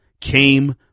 came